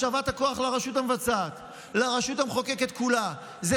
השבת הכוח של הרשות המבצעת אל הרשות המחוקקת כולה זה